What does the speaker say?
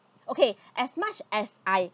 okay as much as I